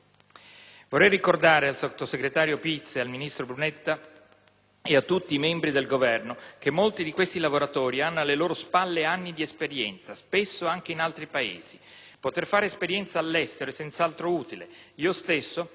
Vorrei ricordare al sottosegretario Pizza, al ministro Brunetta e a tutti i membri del Governo che molti di questi lavoratori hanno alle loro spalle anni di esperienza, spesso anche in altri Paesi. Poter fare esperienza all'estero è senz'altro utile; io stesso